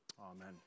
Amen